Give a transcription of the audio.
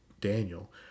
daniel